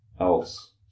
else